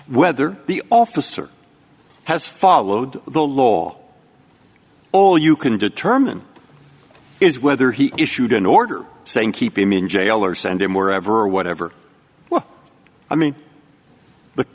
whether the officer has followed the law all you can determine is whether he issued an order saying keep him in jail or send him wherever whatever well i mean